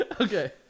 Okay